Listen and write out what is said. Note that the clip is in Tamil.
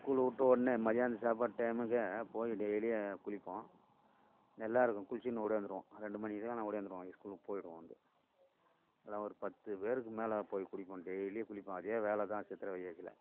ஸ்கூலு விட்ட உடனே மத்தியானம் சாப்பாட்டு டைம்கு போய் டெய்லி குளிப்போம் நல்லா இருக்கும் குள்ச்சின்னு ஓடியாந்ருவோம் ரெண்டு மணிக்கு எல்லாம் நான் ஓடியாந்ருவோம் ஸ்கூலுக்கு போய்விடுவோம் வந்து நல்லா ஒரு பத்து பேருக்கு மேலே போய் குளிப்போம் டெய்லி குளிப்போம் அதே வேலை தான் சித்திரை வைகாசியில